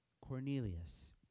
Cornelius